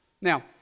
Now